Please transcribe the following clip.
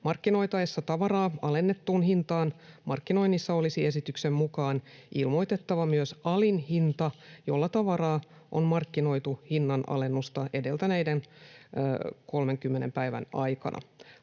Markkinoitaessa tavaraa alennettuun hintaan markkinoinnissa olisi esityksen mukaan ilmoitettava myös alin hinta, jolla tavaraa on markkinoitu hinnanalennusta edeltäneiden 30 päivän aikana.